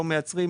לא מייצרים,